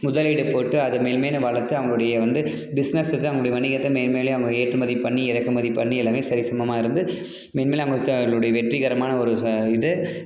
முதலீடு போட்டு அத மேன்மேலும் வளர்த்து அவர்களுடைய வந்து பிசினஸ் தான் அவர்களுடைய வணிகத்தை மேன்மேலும் அவங்க ஏற்றுமதி பண்ணி இறக்குமதி பண்ணி எல்லாமே சரிசமமாக இருந்து வெற்றிகரமான ஒரு இது